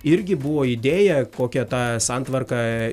irgi buvo idėją kokią tą santvarką